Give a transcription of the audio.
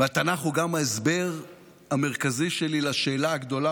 התנ"ך הוא גם ההסבר המרכזי שלי לשאלה הגדולה